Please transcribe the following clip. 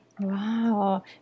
wow